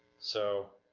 so,